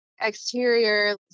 exterior